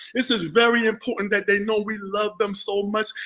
this is very important that they know we love them so much,